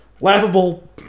laughable